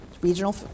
regional